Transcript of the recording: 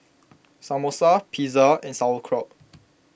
Samosa Pizza and Sauerkraut